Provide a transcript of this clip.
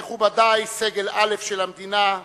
מכובדי סגל א' של המדינה,